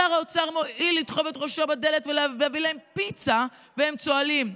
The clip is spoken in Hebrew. שר האוצר מואיל לתחוב את ראשו" בדלת ולהביא להם פיצה והם צוהלים,